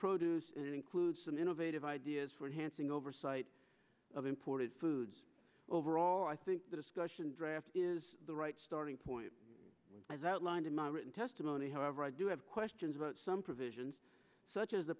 produce and include some innovative ideas for hansing oversight of imported foods overall i think the discussion draft is the right starting point as outlined in my written testimony however i do have questions about some provisions such as